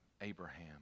Abraham